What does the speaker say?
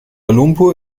lumpur